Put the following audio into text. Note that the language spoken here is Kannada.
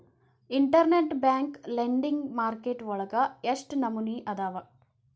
ಇನ್ಟರ್ನೆಟ್ ಬ್ಯಾಂಕ್ ಲೆಂಡಿಂಗ್ ಮಾರ್ಕೆಟ್ ವಳಗ ಎಷ್ಟ್ ನಮನಿಅದಾವು?